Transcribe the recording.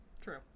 True